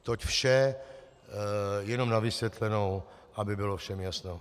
Toť vše jenom na vysvětlenou, aby bylo všem jasno.